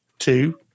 Two